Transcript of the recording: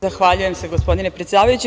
Zahvaljujem se, gospodine predsedavajući.